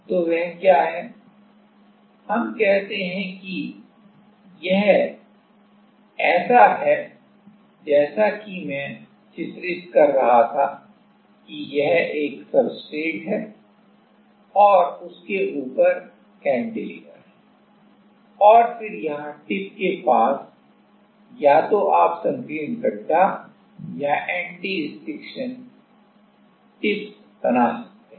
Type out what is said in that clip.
तो वह क्या है हम कहते हैं कि यह ऐसा है जैसा कि मैं चित्रित कर रहा था कि यह एक सब्सट्रेट है और उसके ऊपर कैंटिलीवर है और फिर यहां टिप के पास या तो आप संकीर्ण गड्ढा या एंटी स्टिशन टिप्स बना सकते हैं